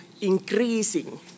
increasing